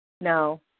No